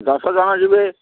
ଦଶ ଜଣ ଯିବେ